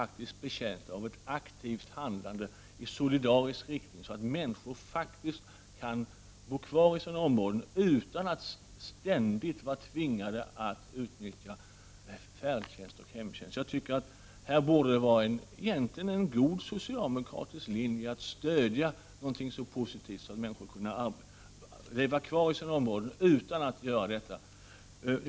Vi är betjänta av ett aktivt handlande i solidarisk riktning så att människor kan bo kvar i sina områden utan att ständigt vara tvingade att utnyttja färdtjänst och hemtjänst. Det borde egentligen vara en god socialdemokratisk linje att stödja någonting så positivt som att människor skall kunna bo kvar i sina områden utan att utnyttja dessa tjänster.